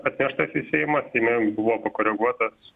atneštas į seimą seime jis buvo pakoreguotas